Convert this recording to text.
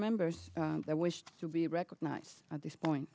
members that wish to be recognized at this point